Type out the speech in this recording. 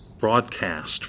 broadcast